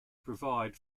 provide